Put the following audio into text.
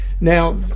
now